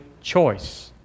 choice